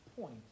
point